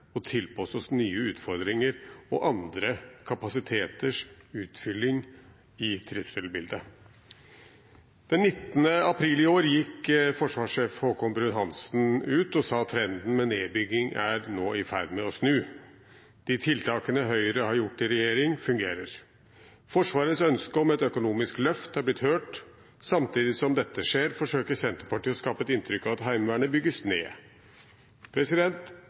og tilpasse oss nye utfordringer og andre kapasiteters utfylling i trusselbildet. Den 19. april i år gikk forsvarssjef Haakon Bruun-Hanssen ut og sa at trenden med nedbygging nå er i ferd med å snu. De tiltakene Høyre har gjort i regjering, fungerer. Forsvarets ønske om et økonomisk løft er blitt hørt. Samtidig som dette skjer, forsøker Senterpartiet å skape et inntrykk av at Heimevernet bygges ned.